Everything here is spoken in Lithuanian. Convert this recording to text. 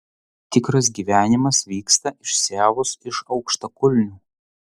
tikras gyvenimas vyksta išsiavus iš aukštakulnių